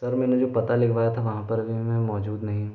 sir मैंने जो पता लिखवाया था वहाँ पर अभी मैं मौजूद नहीं हूँ